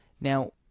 Now